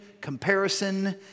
comparison